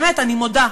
באמת, אני מודה,